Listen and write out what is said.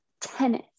tennis